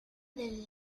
del